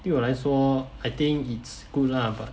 对我来说 I think it's good lah but